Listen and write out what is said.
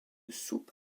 soupe